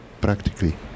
practically